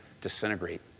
disintegrate